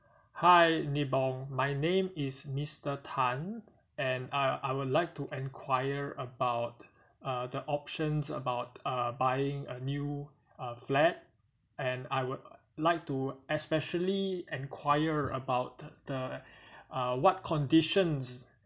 hi nibong my name is mister tan and uh I would like to enquire about uh the options about uh buying a new uh flat and I would like to especially enquire about th~ the uh what conditions